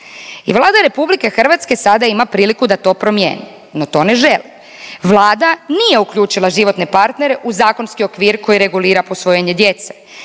i Vlada RH sada ima priliku da to promijeni, no to ne želi. Vlada nije uključila životne partnere u zakonski okvir koji regulira posvojenje djece